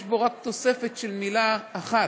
יש בו תוספת של מילה אחת,